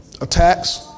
attacks